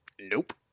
Nope